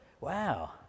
Wow